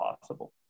possible